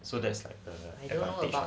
so that's like the advantage for apple